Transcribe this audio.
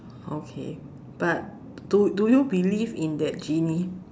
okay but do you believe in that genie